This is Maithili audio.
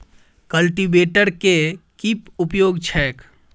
कल्टीवेटर केँ की उपयोग छैक?